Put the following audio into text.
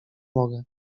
mogę